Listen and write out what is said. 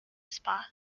spa